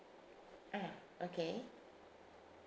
ah okay